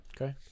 Okay